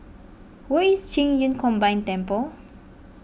where is Qing Yun Combined Temple